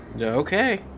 Okay